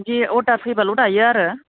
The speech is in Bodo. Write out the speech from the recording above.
बिदि अरदार फैबाल' दायो आरो